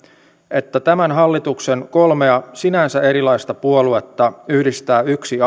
että tämän hallituksen kolmea sinänsä erilaista puoluetta yhdistää yksi